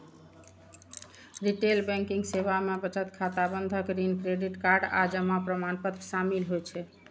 retail banking सेवा मे बचत खाता, बंधक, ऋण, क्रेडिट कार्ड आ जमा प्रमाणपत्र शामिल होइ छै